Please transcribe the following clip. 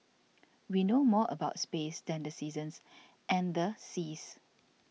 we know more about space than the seasons and the seas